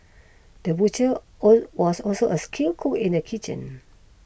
the butcher or was also a skilled cook in the kitchen